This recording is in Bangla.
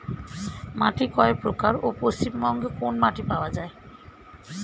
মাটি কয় প্রকার ও পশ্চিমবঙ্গ কোন মাটি পাওয়া য়ায়?